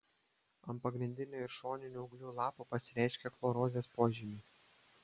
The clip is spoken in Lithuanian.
ant pagrindinio ir šoninių ūglių lapų pasireiškia chlorozės požymiai